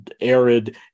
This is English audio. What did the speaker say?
arid